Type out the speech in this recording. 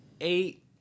eight